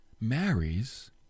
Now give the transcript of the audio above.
marries